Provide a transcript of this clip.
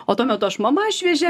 o tuo metu aš mama šviežia